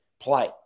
play